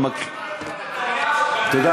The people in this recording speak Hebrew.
אתה בטוח במה שאתה אומר?